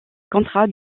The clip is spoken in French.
contraint